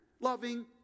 loving